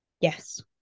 yes